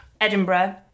Edinburgh